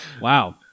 Wow